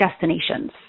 destinations